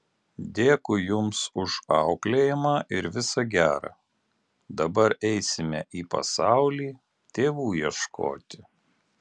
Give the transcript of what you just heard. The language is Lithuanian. dėkui jums už auklėjimą ir visa gera dabar eisime į pasaulį tėvų ieškoti